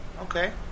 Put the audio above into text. Okay